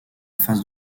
face